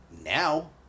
now